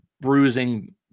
bruising